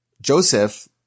Joseph